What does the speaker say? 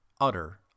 utter